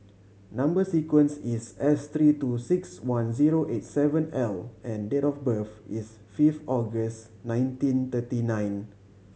number sequence is S three two six one zero eight seven L and date of birth is fifth August nineteen thirty nine